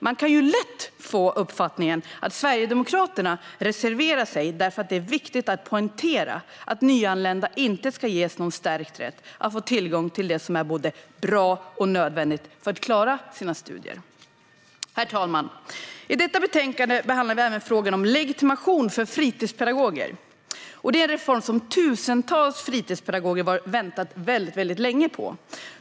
Man kan lätt få uppfattningen att Sverigedemokraterna reserverar sig därför att det är viktigt att poängtera att nyanlända inte ska ges någon stärkt rätt att få tillgång till det som är "både bra och nödvändigt" för att klara sina studier. Herr talman! I detta betänkande behandlar vi även frågan om legitimation för fritidspedagoger. Det är en reform som tusentals fritidspedagoger har väntat länge på.